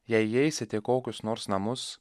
jei įeisite į kokius nors namus